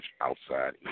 outside